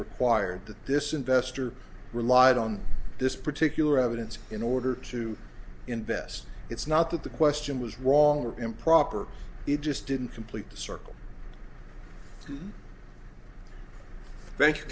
required that this investor relied on this particular evidence in order to invest it's not that the question was wrong or improper he just didn't complete the circle